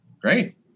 Great